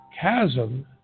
chasm